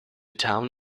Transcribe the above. town